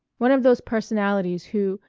one of those personalities who,